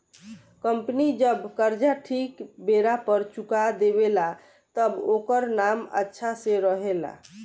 company जब कर्जा ठीक बेरा पर चुका देवे ला तब ओकर नाम अच्छा से रहेला